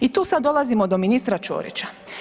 I tu sad dolazimo do ministra Ćorića.